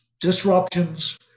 disruptions